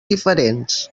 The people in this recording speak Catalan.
diferents